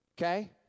Okay